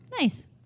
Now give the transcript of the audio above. Nice